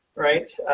right.